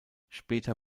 später